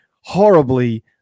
horribly